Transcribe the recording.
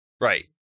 Right